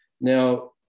now